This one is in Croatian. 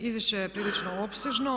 Izvješće je prilično opsežno.